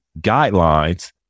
guidelines